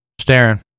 staring